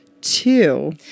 two